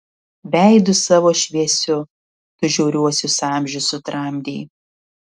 veidu savo šviesiu tu žiauriuosius amžius sutramdei